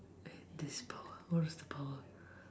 I had this power what's the power